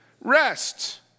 rest